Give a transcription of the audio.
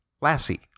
Lassie